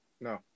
No